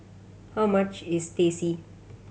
how much is Teh C